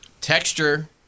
Texture